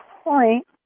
point